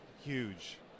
huge